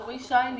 אורי שיינין,